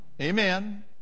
Amen